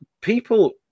people